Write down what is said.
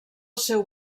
seu